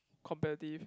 competitive